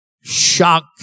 shock